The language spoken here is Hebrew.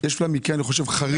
יש לה מקרה חריג.